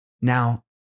Now